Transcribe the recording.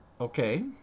okay